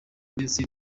ndetse